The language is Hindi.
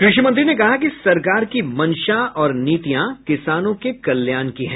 कृषि मंत्री ने कहा कि सरकार की मंशा और नीतियां किसानों के कल्याण की हैं